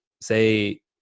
say